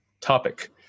topic